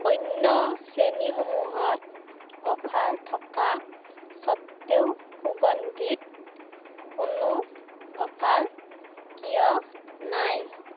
অন্য শ্ৰেণীসমূহত অফাৰ থকা স্বত্তেও সুগন্ধিত কোনো অফাৰ কিয় নাই